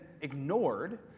ignored